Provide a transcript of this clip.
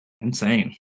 Insane